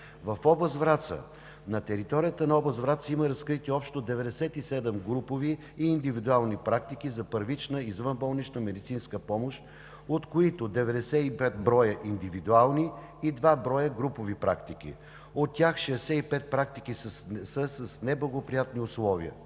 Враца. На територията на област Враца има разкрити общо 97 групови и индивидуални практики за първична извънболнична медицинска помощ, от които 95 броя индивидуални, и два броя групови практики, от тях 65 практики са с неблагоприятни условия.